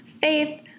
faith